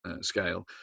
scale